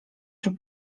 czy